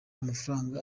amafaranga